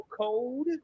code